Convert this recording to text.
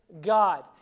God